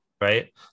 right